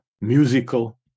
musical